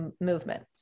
movement